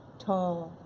tall,